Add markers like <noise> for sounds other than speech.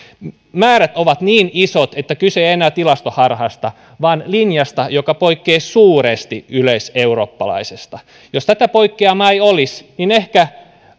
määrät ovat niin isot että kyse ei ole enää tilastoharhasta vaan linjasta joka poikkeaa suuresti yleiseurooppalaisesta jos tätä poikkeamaa ei olisi ehkä <unintelligible>